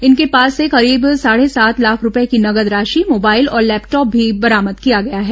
इनके पास से करीब साढ़े सात लाख रूपये की नगद राशि मोबाइल और लैपटॉप भी बरामद किया गया है